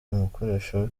umukoresha